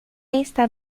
está